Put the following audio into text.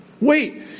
Wait